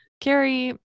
Carrie